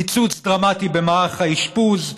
קיצוץ דרמטי במערך האשפוז,